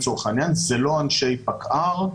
זה לא אנשי פקע"ר,